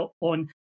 on